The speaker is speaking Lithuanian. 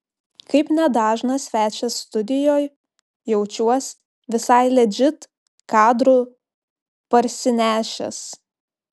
kaip nedažnas svečias studijoj jaučiuos visai ledžit kadrų parsinešęs